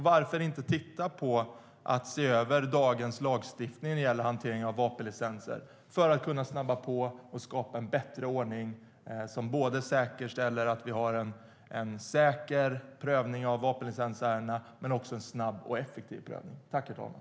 Varför inte se över dagens lagstiftning om hantering av vapenlicenser för att snabba på och skapa en bättre ordning som säkerställer en säker, snabb och effektiv prövning av vapenlicensärenden?